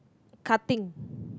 cutting